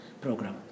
program